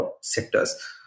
sectors